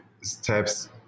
steps